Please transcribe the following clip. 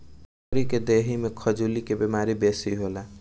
बकरी के देहि में खजुली के बेमारी बेसी होला